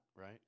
right